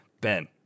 Ben